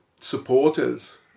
supporters